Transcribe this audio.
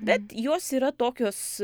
bet jos yra tokios